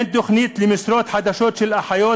אין תוכנית למשרות חדשות של אחיות,